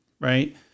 right